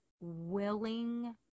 willing